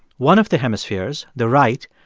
one of the hemispheres, the right,